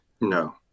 No